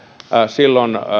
silloin